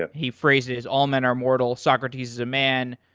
ah he phrases all men are mortal, socrates is a man.